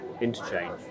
interchange